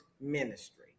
ministry